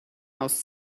aus